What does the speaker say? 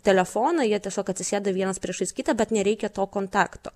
telefoną jie tiesiog atsisėda vienas priešais kitą bet nereikia to kontakto